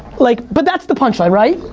like but that's the punch line right?